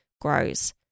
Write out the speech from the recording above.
grows